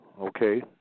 Okay